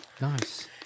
Nice